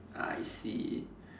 I see